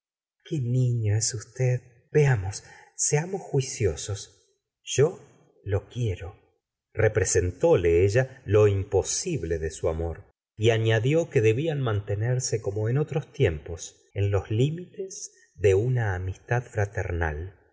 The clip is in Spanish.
qué niño es usted veamos seamosjuiciosos yo lo quiero representóle ella lo imposible de su amor y añadió que debían mantenerse como en otros tiempos en l s limites de una amistad fraternal